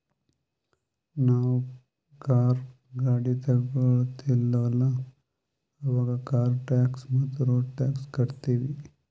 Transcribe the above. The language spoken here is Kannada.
ನಾವ್ ಕಾರ್, ಗಾಡಿ ತೊಗೋತೀವಲ್ಲ, ಅವಾಗ್ ಕಾರ್ ಟ್ಯಾಕ್ಸ್ ಮತ್ತ ರೋಡ್ ಟ್ಯಾಕ್ಸ್ ಕಟ್ಟತೀವಿ